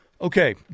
Okay